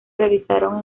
realizaron